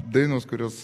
dainos kurios